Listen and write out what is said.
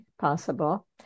possible